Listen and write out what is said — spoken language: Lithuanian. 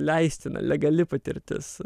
leistina legali patirtis